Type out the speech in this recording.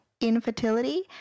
infertility